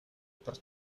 per